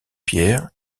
pierre